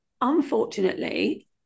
unfortunately